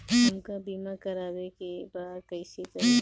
हमका बीमा करावे के बा कईसे करी?